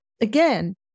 again